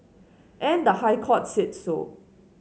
and the High Court said so